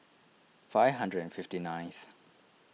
five hundred and fifty nineth